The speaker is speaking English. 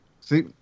See